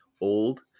old